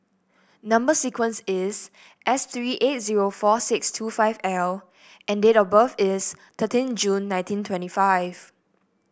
number sequence is S three eight zero four six two five L and date of birth is thirteen June nineteen twenty five